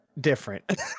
different